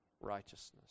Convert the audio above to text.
righteousness